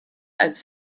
als